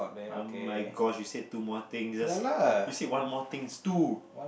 um my gosh you said two more things just you said one more thing is two